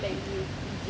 they